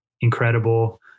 incredible